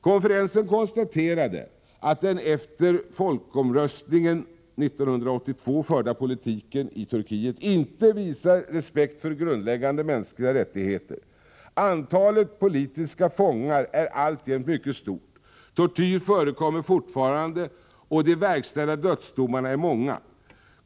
Konferensen konstaterade att den efter folkomröstningen 1982 förda politiken i Turkiet inte visar respekt för grundläggande mänskliga rättigheter. Antalet politiska fångar är alltjämt mycket stort, tortyr förekommer fortfarande, och de verkställda dödsdomarna är många.